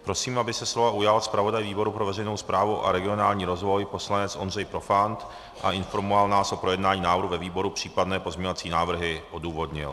Prosím, aby se slova ujal zpravodaj výboru pro veřejnou správu a regionální rozvoj poslanec Ondřej Profant a informoval nás o projednání návrhu ve výboru, případné pozměňovací návrhy odůvodnil.